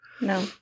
No